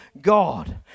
God